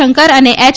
શંકર અને એય